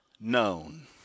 known